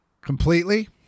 Completely